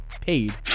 Paid